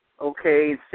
okay